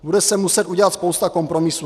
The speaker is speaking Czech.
Bude se muset udělat spousta kompromisů.